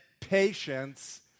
patience